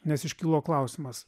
nes iškilo klausimas